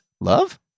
Love